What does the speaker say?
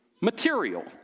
material